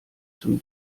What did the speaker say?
zum